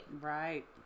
Right